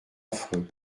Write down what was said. affreux